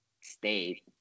stay